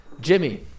Jimmy